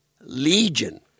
legion